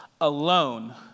alone